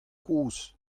kozh